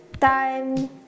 time